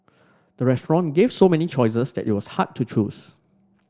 the restaurant gave so many choices that it was hard to choose